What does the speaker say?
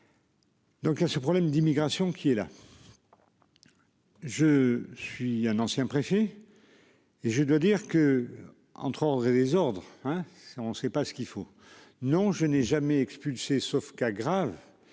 Donc il y a ce problème d'immigration qui est là. Je suis un ancien préfet. Et je dois dire que entre ordre et désordre hein. On ne sait pas ce qu'il faut. Non je n'ai jamais expulsé sauf cas grave